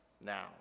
now